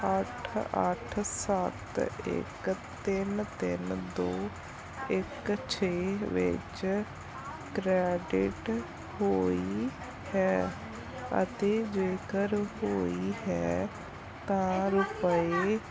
ਅੱਠ ਅੱਠ ਸੱਤ ਇੱਕ ਤਿੰਨ ਤਿੰਨ ਦੋ ਇੱਕ ਛੇ ਵਿੱਚ ਕ੍ਰੈਡਿਟ ਹੋਈ ਹੈ ਅਤੇ ਜੇਕਰ ਹੋਈ ਹੈ ਤਾਂ ਰੁਪਏ